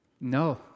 no